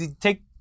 take